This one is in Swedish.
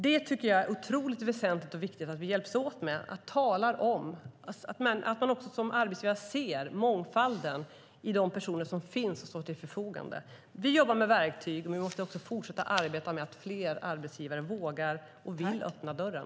Jag tycker att det är otroligt väsentligt och viktigt att vi hjälps åt med detta och att arbetsgivare ser mångfalden i de personer som finns och står till förfogande. Vi jobbar med verktyg, men vi måste också fortsätta att arbeta med att fler arbetsgivare ska våga och vilja öppna dörren.